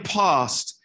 past